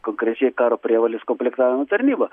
konkrečiai karo prievolės komplektavimo tarnyba